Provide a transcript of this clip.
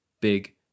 big